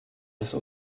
des